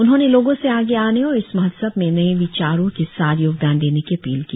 उन्होंने लोगों से आगे आने और इस महोत्सव में नये विचारों के साथ योगदान देने की अपील की